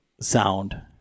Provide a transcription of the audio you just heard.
sound